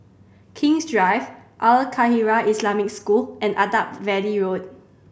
King's Drive Al Khairiah Islamic School and Attap Valley Road